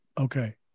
Okay